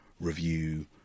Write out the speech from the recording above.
review